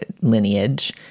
lineage